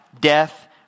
death